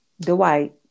Dwight